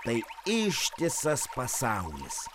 tai ištisas pasaulis